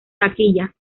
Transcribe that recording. taquillas